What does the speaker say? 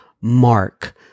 mark